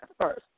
first